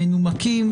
מותקן.